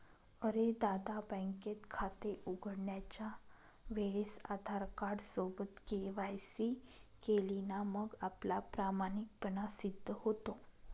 अरे दादा, बँकेत खाते उघडण्याच्या वेळेस आधार कार्ड सोबत के.वाय.सी केली ना मग आपला प्रामाणिकपणा सिद्ध होतो